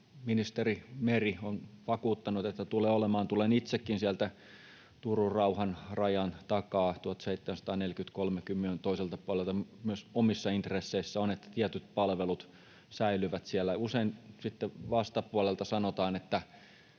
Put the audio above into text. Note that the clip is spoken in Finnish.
Ministeri Meri on vakuuttanut, että tulee olemaan. Tulen itsekin sieltä Turun rauhan rajan takaa 1743 Kymijoen toiselta puolelta. Myös omissa intresseissä on, että tietyt palvelut säilyvät siellä. Usein sitten vastapuolelta sanotaan,